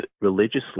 Religiously